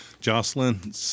jocelyn